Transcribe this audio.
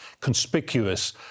conspicuous